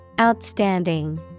Outstanding